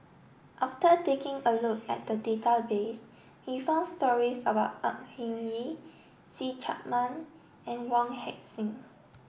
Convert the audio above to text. after taking a look at the database we found stories about Au Hing Yee See Chak Mun and Wong Heck Sing